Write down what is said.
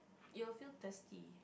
you will feel thirsty